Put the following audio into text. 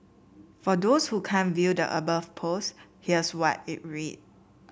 for those who can't view the above post here's what it read